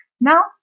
Now